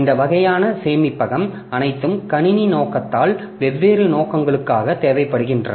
இந்த வகையான சேமிப்பகம் அனைத்தும் கணினி நோக்கத்தில் வெவ்வேறு நோக்கங்களுக்காக தேவைப்படுகின்றன